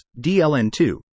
DLN2